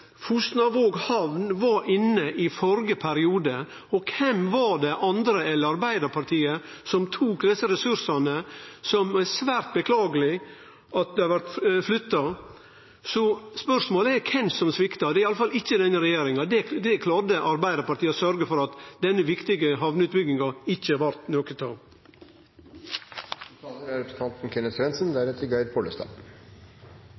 prioritere kysten. Han hevdar her frå talarstolen at denne regjeringa sviktar kysten. Då vil eg berre minne representanten om at Fosnavåg hamn var inne i førre periode, og kven andre enn Arbeidarpartiet var det som tok desse ressursane, som det var svært beklageleg blei flytta. Så spørsmålet er kven som sviktar. Det er iallfall ikkje denne regjeringa. Det klarte Arbeidarpartiet å sørgje for, at denne viktige hamneutbygginga ikkje blei noko av.